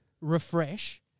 refresh